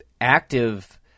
active